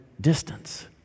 distance